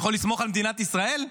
הוא יכול לסמוך על מדינת ישראל?